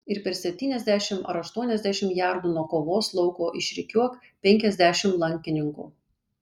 ir per septyniasdešimt ar aštuoniasdešimt jardų nuo kovos lauko išrikiuok penkiasdešimt lankininkų